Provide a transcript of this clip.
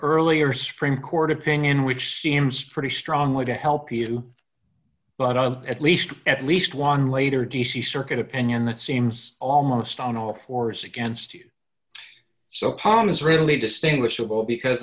earlier supreme court opinion which seems pretty strongly to help you but on at least at least one later d c circuit opinion that seems almost on all fours against you so palm is really distinguishable because